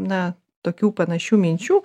na tokių panašių minčių